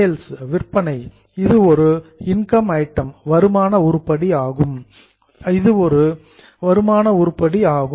sales விற்பனை இது ஒரு இன்கம் ஐட்டம் வருமான உருப்படி ஆகும்